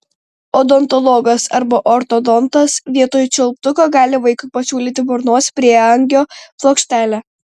odontologas arba ortodontas vietoj čiulptuko gali vaikui pasiūlyti burnos prieangio plokštelę